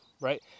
Right